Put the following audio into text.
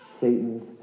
Satan's